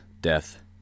death